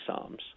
psalms